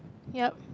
ya